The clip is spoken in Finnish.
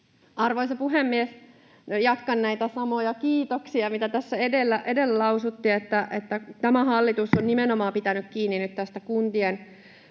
Arvoisa puhemies! Jatkan näitä samoja kiitoksia, mitä tässä edellä lausuttiin, että tämä hallitus on nimenomaan pitänyt kiinni nyt tästä kuntien